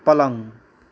पलङ